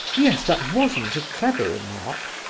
yes, that wasn't a clever remark,